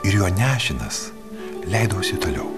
ir juo nešinas leidausi toliau